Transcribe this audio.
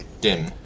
dim